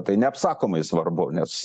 tai neapsakomai svarbu nes